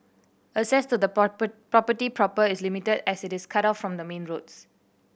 access to the property proper is limited as it is cut off from the main roads